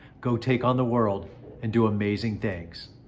go take on the world and do amazing things.